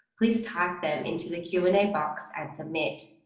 please type them into the q and a box and submit,